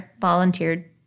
volunteered